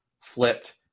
flipped